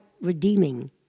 redeeming